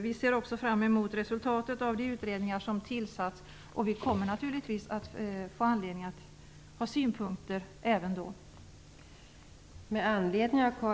Vi ser också fram emot resultatet av de utredningar som tillsatts, och vi kommer naturligtvis att få anledning att framföra synpunkter även då de tas upp till behandling.